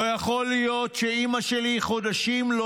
לא יכול להיות שאימא שלי חודשים לא